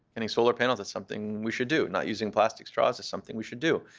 getting solar panels, that's something we should do. not using plastic straws is something we should do.